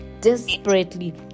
desperately